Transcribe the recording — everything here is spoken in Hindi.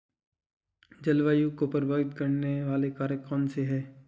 जलवायु को प्रभावित करने वाले कारक कौनसे हैं?